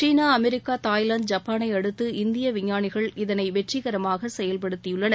சீனா America Thailand ஜப்பாளை அடுத்து இந்திய விஞ்ஞானிகள் இதனை வெற்றிகரமாக செயல்படுத்தியுள்ளனர்